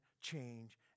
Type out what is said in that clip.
change